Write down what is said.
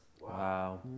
Wow